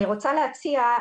אני רוצה להציע,